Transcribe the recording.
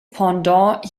pendant